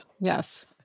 Yes